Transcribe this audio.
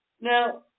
Now